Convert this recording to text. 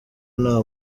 nta